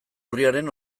urriaren